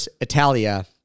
Italia